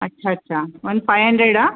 ಅಚ್ಚ ಅಚ್ಚ ಒಂದು ಫೈ ಹಂಡ್ರೆಡಾ